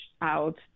out